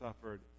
suffered